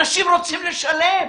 אנשים רוצים לשלם,